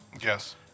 Yes